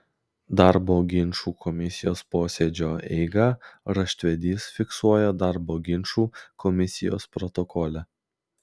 darbo ginčų komisijos posėdžio eigą raštvedys fiksuoja darbo ginčų komisijos protokole